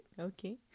okay